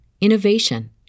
innovation